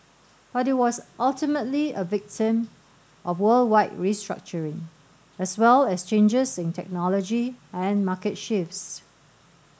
but it was ultimately a victim of worldwide restructuring as well as changes in technology and market shifts